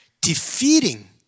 defeating